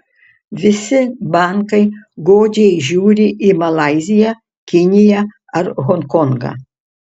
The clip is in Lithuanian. visi bankai godžiai žiūri į malaiziją kiniją ar honkongą